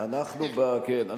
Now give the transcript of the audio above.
כן.